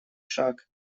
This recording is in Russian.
шаг